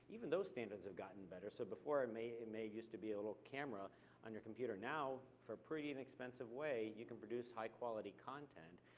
even those standards have gotten better, so before, it may it may used to be a little camera on your computer. now, for a pretty inexpensive way, you can produce high quality content,